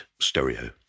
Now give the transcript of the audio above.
stereo